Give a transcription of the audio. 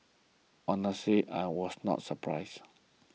honestly I was not surprised